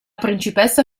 principessa